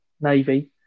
Navy